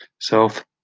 Self